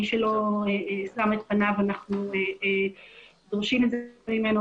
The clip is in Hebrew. מי שלא שם את פניו, אנחנו דורשים את זה ממנו.